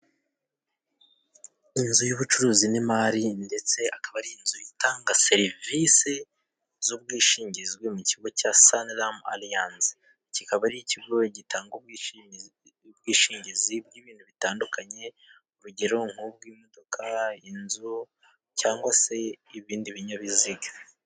Inzu y'ubucuruzi n'imari, ndetse akaba ari inzu itanga serivisi z'ubwishingizi mu kigo cya Sanram Allians. Kikaba ari ikigo gitanga ubwishingizi bw'ibintu bitandukanye, urugero nk'ubw'imodoka, inzu, cyangwa se ibindi binyabiziga.